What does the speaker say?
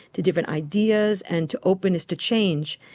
to different ideas, and to openness to change.